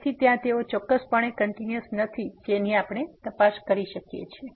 તેથી ત્યાં તેઓ ચોક્કસપણે કંટીન્યુઅસ નથી જેની અમે તપાસ કરી શકીએ